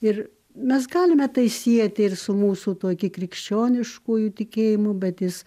ir mes galime tai sieti ir su mūsų tokiu krikščioniškuoju tikėjimu bet jis